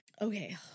Okay